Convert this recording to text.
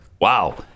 Wow